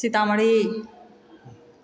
Sitamarhi